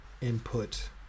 input